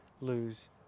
lose